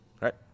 Right